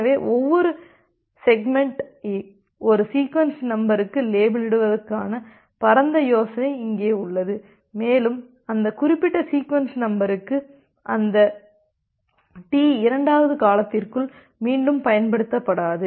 எனவே ஒவ்வொரு செக்மெண்ட்டை ஒரு சீக்வென்ஸ் நம்பருக்கு லேபிளிடுவதற்கான பரந்த யோசனை இங்கே உள்ளது மேலும் அந்த குறிப்பிட்ட சீக்வென்ஸ் நம்பருக்கு அந்த டி இரண்டாவது காலத்திற்குள் மீண்டும் பயன்படுத்தப்படாது